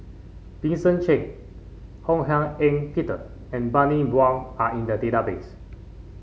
Vincent Cheng Ho Hak Ean Peter and Bani Buang are in the database